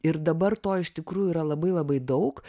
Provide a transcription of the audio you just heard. ir dabar to iš tikrųjų yra labai labai daug